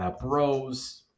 bros